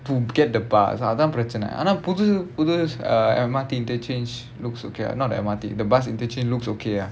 to get the bus அதான் பிரச்னை ஆனா புது புது:athaan pirachanai aanaa puthu puthu uh M_R_T interchange looks okay ah not the M_R_T the bus interchange looks okay ah